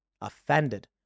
offended